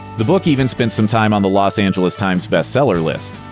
the book even spent some time on the los angeles times bestseller list.